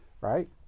right